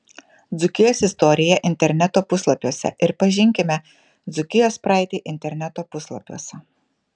dzūkijos istorija interneto puslapiuose ir pažinkime dzūkijos praeitį interneto puslapiuose